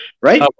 right